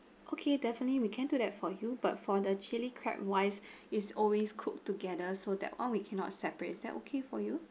okay definitely we can do that for you but for the chilli crab wise is always cooked together so that one we cannot separate is that okay for you